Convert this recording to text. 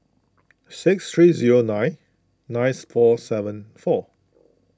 six three zero nine ninth four seven four